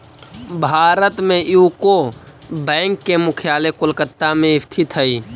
भारत में UCO bank के मुख्यालय कोलकाता में स्थित हइ